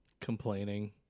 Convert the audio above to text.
Complaining